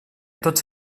tots